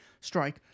strike